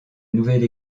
nouvelle